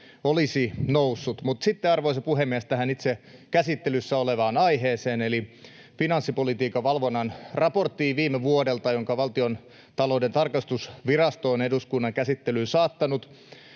olisi noussut. Mutta sitten, arvoisa puhemies, itse tähän käsittelyssä olevaan aiheeseen eli finanssipolitiikan valvonnan raporttiin viime vuodelta, jonka Valtiontalouden tarkastusvirasto on eduskunnan käsittelyyn saattanut.